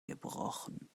gebrochen